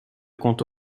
compte